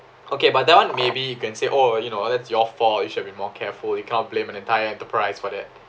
okay but that one maybe you can say oh you know that's your fault you should be more careful you can't blame an entire enterprise for that